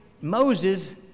Moses